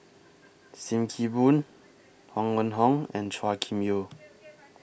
SIM Kee Boon Huang Wenhong and Chua Kim Yeow